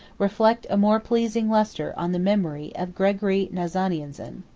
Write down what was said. reflect a more pleasing lustre on the memory of gregory nazianzen.